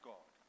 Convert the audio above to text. God